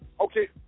Okay